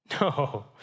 No